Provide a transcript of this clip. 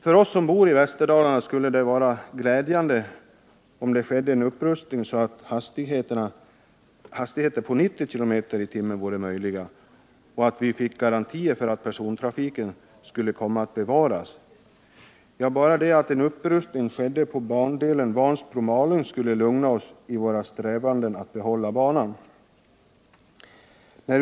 För oss som bor i Västerdalarna skulle det vara glädjande med en upprustning av banan för att möjliggöra hastigheter på 90 km/tim och för att vi skulle få garantier för att persontrafiken kunde bevaras. Ja, bara en upprustning av bandelen Vansbro-Malung skulle lugna oss i vår strävan att få behålla banan.